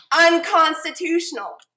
unconstitutional